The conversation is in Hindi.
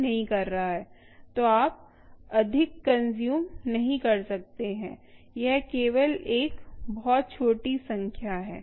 तो आप अधिक कंज़्यूम नहीं कर सकते हैं यह केवल एक बहुत छोटी संख्या है